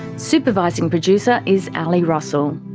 supervising producer is ali russell.